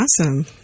Awesome